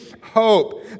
hope